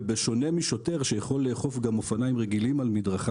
בשונה משוטר שיכול לאכוף גם אופניים רגילים על מדרכה